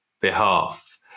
behalf